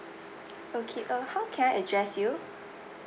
okay uh how can I address you